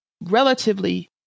relatively